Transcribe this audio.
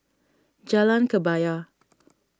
Jalan Kebaya